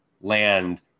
land